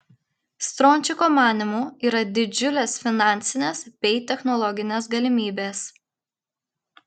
strončiko manymu yra didžiulės finansinės bei technologinės galimybės